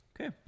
Okay